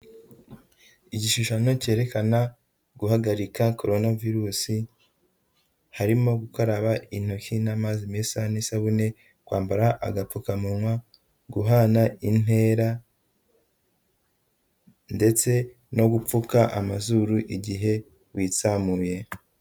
Igishushanyo cyerekana guhagarika Korona virusi, harimo gukaraba intoki n'amazi meza n'isabone, kwambara agapfukamunwa, guhana intera ndetse no gupfuka amazuru igihe witsamuye.